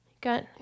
got